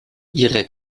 ihre